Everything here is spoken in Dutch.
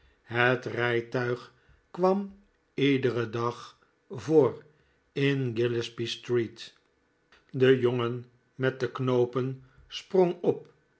het rijtuig kwam iederen dag voor in gillespie street de jongen met de knoopen sprong op